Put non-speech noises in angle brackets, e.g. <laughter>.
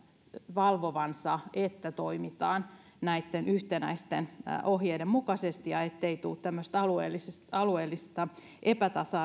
valvovansa että toimitaan näitten yhtenäisten ohjeiden mukaisesti ettei tule tämmöistä alueellista epätasa <unintelligible>